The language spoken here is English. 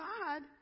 God